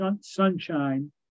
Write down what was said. sunshine